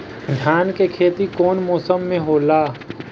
धान के खेती कवन मौसम में होला?